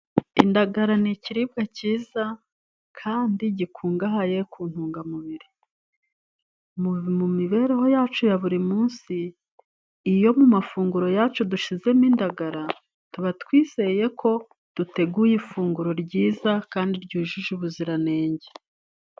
Indagara ni ikiribwa cyiza kandi gikungahaye ku ntungamubiri. Mu mibereho yacu ya buri munsi, iyo mu mafunguro yacu dushizemo indagara, tuba twizeye ko duteguye ifunguro ryiza kandi ryujuje ubuziranenge.